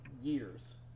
years